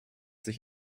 sich